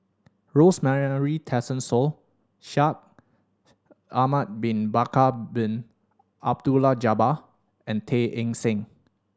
Rosemary Tessensohn Shaikh Ahmad Bin Bakar Bin Abdullah Jabbar and Tay Eng Soon